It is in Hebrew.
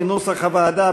כנוסח הוועדה,